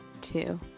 two